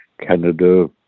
Canada